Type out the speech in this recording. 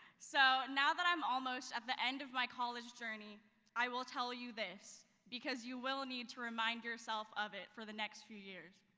so, now that i'm almost at the end of my college journey i will tell you this. because you will need to remind yourself of it for the next few years.